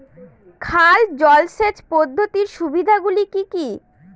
খাল জলসেচ পদ্ধতির সুবিধাগুলি কি কি?